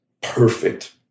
perfect